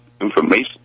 information